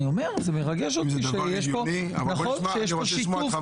אני אומר, זה מרגש אותי שיש פה שיתוף בין